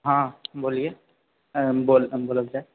हाँ बोलिये बोलल जाए